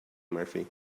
murphy